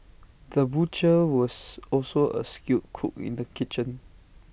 the butcher was also A skilled cook in the kitchen